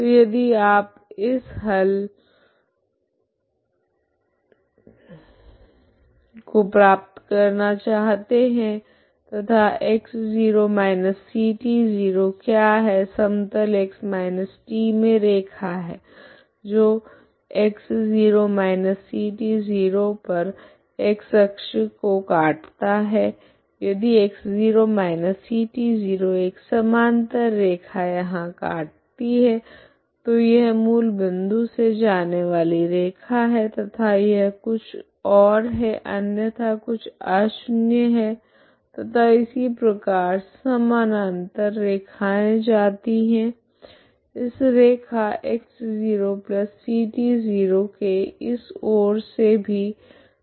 तो यदि आप इस हल को प्राप्त करना चाहते है तथा x0 ct0 क्या है समतल x t मे रैखा है जो x0 ct0 पर x अक्ष को काटता है यदि x0 ct0 एक समानान्तर रैखा यहाँ काटता है यह मूल बिन्दु से जाने वाली रैखा है तथा यह कुछ ओर है अन्यथा कुछ अशून्य है तथा इसी प्रकार समानान्तर रैखाएँ जाती है इस रैखा x0ct0 के इस ओर से भी